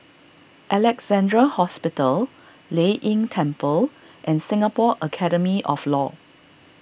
Alexandra Hospital Lei Yin Temple and Singapore Academy of Law